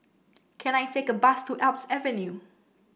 can I take a bus to Alps Avenue